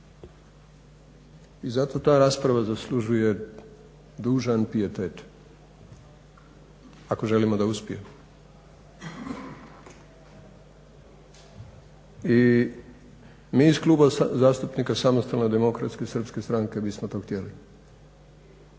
I zato ta rasprava zaslužuje dužan pijetet ako želimo da uspije i mi iz Kluba zastupnika SDSS-a bismo to htjeli.